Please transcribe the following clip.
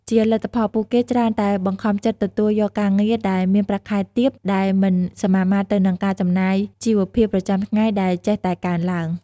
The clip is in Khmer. ជាលទ្ធផល ពួកគេច្រើនតែបង្ខំចិត្តទទួលយកការងារដែលមានប្រាក់ខែទាប ដែលមិនសមាមាត្រទៅនឹងការចំណាយជីវភាពប្រចាំថ្ងៃដែលចេះតែកើនឡើង។